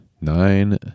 nine